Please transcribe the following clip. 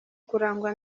kurangwa